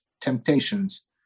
temptations